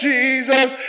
Jesus